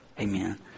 Amen